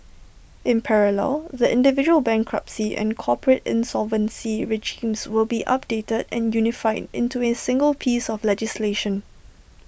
in parallel the individual bankruptcy and corporate insolvency regimes will be updated and unified into A single piece of legislation